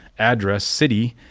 address city,